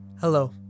Hello